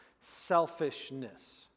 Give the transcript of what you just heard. selfishness